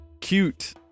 cute